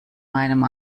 meinem